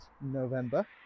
November